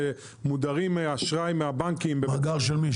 שמודרים מאשראי מהבנקים --- מאגר של מי?